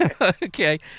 Okay